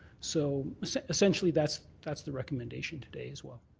so essentially that's that's the recommendation today as well.